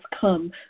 come